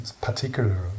particular